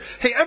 Hey